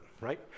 right